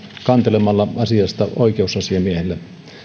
kantelemalla asiasta oikeusasiamiehelle